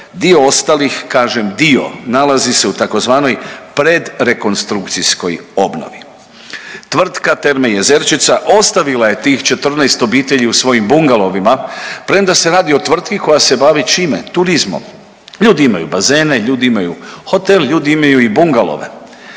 Dio ostalih kažem dio nalazi se u tzv. predrekonstrukcijskoj obnovi. Tvrtka terme Jezerčica ostavila je tih 14 obitelji u svojim bungalovima premda se radi o tvrtki koja se bavi čime? Turizmom. Ljudi imaju bazene, ljudi imaju hotel, ljudi imaju i bungalove.